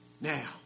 Now